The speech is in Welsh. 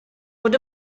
fod